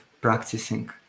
practicing